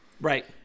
Right